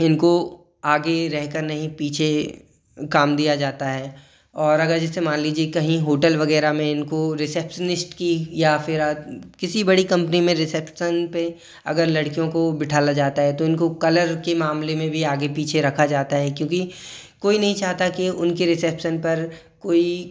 इनको आगे रेह कर नहीं पीछे काम दिया जाता है और अगर जैसे मान लीजिए कहीं होटल वग़ैरह में इनको रिसेप्शनिस्ट की या फिर किसी बड़ी कंपनी में रिसेप्शन पर अगर लड़कियों को बिठाया जाता है तो इनको कलर के मामले में भी आगे पीछे रखा जाता है क्योंकि कोई नहीं चाहता कि उनके रिसेप्शन पर कोई